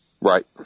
Right